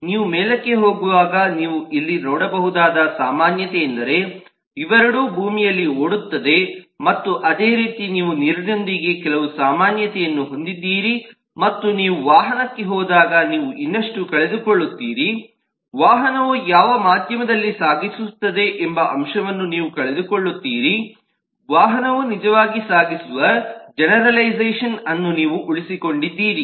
ನೀವು ಮೇಲಕ್ಕೆ ಹೋಗುವಾಗ ನೀವು ಇಲ್ಲಿ ನೋಡಬಹುದಾದ ಸಾಮಾನ್ಯತೆಯೆಂದರೆ ಇವೆರಡೂ ಭೂಮಿಯಲ್ಲಿ ಓಡುತ್ತವೆ ಮತ್ತು ಅದೇ ರೀತಿ ನೀವು ನೀರಿನೊಂದಿಗೆ ಕೆಲವು ಸಾಮಾನ್ಯತೆಯನ್ನು ಹೊಂದಿದ್ದೀರಿ ಮತ್ತು ನೀವು ವಾಹನಕ್ಕೆ ಹೋದಾಗ ನೀವು ಇನ್ನಷ್ಟು ಕಳೆದುಕೊಳ್ಳುತ್ತೀರಿ ವಾಹನವು ಯಾವ ಮಾಧ್ಯಮದಲ್ಲಿ ಸಾಗಿಸುತ್ತದೆ ಎಂಬ ಅಂಶವನ್ನೂ ನೀವು ಕಳೆದುಕೊಳ್ಳುತ್ತೀರಿ ವಾಹನವು ನಿಜವಾಗಿಯೂ ಸಾಗಿಸುವ ಜೆನೆರಲೈಝೇಷನ್ಅನ್ನು ನೀವು ಉಳಿಸಿಕೊಂಡಿದ್ದೀರಿ